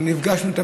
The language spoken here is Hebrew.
אנחנו נפגשנו איתה,